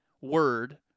word